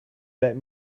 let